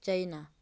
China